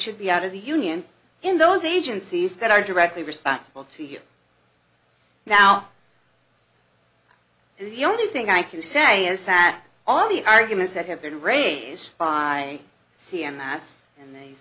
should be out of the union in those agencies that are directly responsible to you now the only thing i can say is that all the arguments that have been raised by c n n s and these